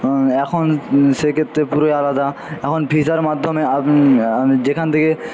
এখন সেক্ষেত্রে পুরোই আলাদা এখন ভিসার মাধ্যমে আপনি যেখান থেকে